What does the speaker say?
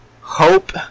hope